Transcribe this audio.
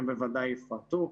הם בוודאי יפרטו,